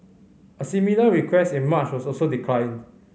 a similar request in March was also declined